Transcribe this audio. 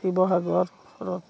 Sivasagar